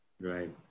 Right